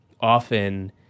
often